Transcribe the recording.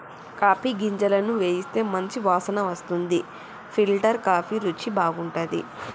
coffee గింజలను వేయిస్తే మంచి వాసన వస్తుంది ఫిల్టర్ కాఫీ రుచి బాగుంటది